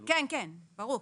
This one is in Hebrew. ברור.